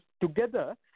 together